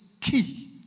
key